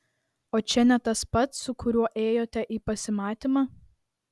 o čia ne tas pats su kuriuo ėjote į pasimatymą